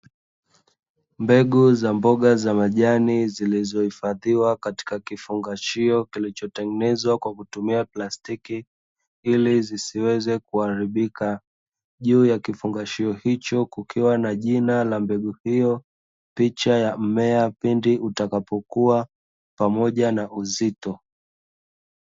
Mbegu za mboga za majani zilizohifadhiwa katika kifungashio kilichotengenezwa kwa kutumia plastiki, ili zisiweze kuharibika. Juu ya kifungashio hicho kukiwa na jina la mbegu hiyo, picha ya mmea pindi utakapo ku kwa pamoja na uzito.